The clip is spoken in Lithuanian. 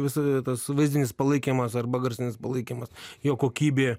visada tas vaizdinis palaikymas arba garsinis palaikymas jo kokybė